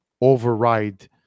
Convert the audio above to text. override